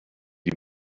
die